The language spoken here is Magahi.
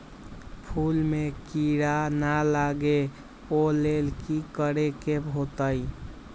फूल में किरा ना लगे ओ लेल कि करे के होतई?